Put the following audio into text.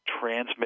transmit